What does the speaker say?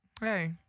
Hey